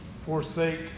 Forsake